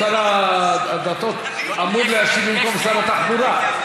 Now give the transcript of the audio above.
שר הדתות אמור להשיב במקום שר התחבורה.